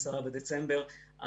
10 בדצמבר,